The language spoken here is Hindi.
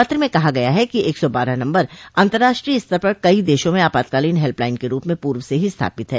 पत्र में कहा गया है कि एक सौ बारह नम्बर अंतर्राष्ट्रीय स्तर पर कई देशों में आपातकालीन हेल्प लाइन के रूप में पूर्व से ही स्थापित है